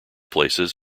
places